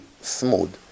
smooth